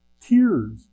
tears